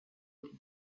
pour